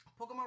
pokemon